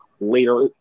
later